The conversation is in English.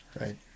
Right